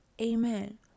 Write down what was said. amen